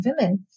women